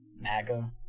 MAGA